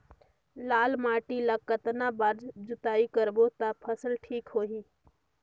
लाल माटी ला कतना बार जुताई करबो ता फसल ठीक होती?